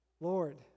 Lord